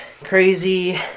crazy